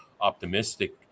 optimistic